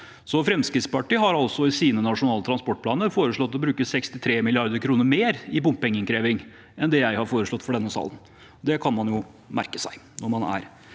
Fremskrittspartiet har altså i sine nasjonale transportplaner foreslått å bruke 63 mrd. kr mer i bompengeinnkreving enn det jeg har foreslått for denne salen. Det kan man jo merke seg når man er